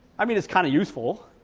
i mean it's kind of useful.